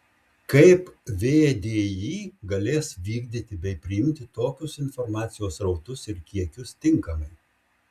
kaip vdi galės vykdyti bei priimti tokius informacijos srautus ir kiekius tinkamai